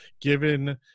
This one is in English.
given